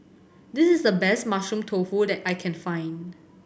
this is the best Mushroom Tofu that I can find